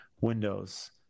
windows